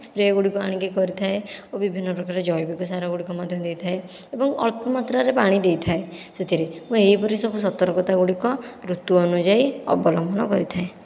spray ଗୁଡ଼ିକ ଆଣିକି କରିଥାଏ ଓ ବିଭିନ୍ନ ପ୍ରକାର ଜୈବିକ ସାର ଗୁଡ଼ିକ ମଧ୍ୟ ଦେଇଥାଏ ଏବଂ ଅଳ୍ପ ମାତ୍ରାରେ ପାଣି ଦେଇଥାଏ ସେଥିରେ ମୁଁ ଏହିପରି ସବୁ ସତର୍କତା ଗୁଡ଼ିକ ଋତୁ ଅନୁଯାୟୀ ଅବଲମ୍ବନ କରିଥାଏ